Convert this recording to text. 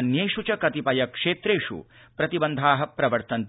अन्येष् च कतिपय क्षेत्रेष् प्रतिबन्ध प्रवर्तते